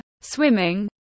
swimming